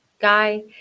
guy